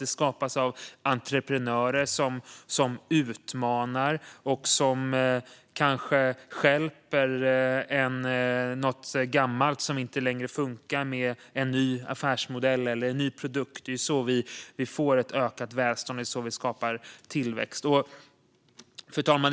Det skapas av entreprenörer som utmanar och kanske stjälper något gammalt som inte längre funkar med en ny affärsmodell eller en ny produkt. Det är så vi får ett ökat välstånd. Det är så vi skapar tillväxt. Fru talman!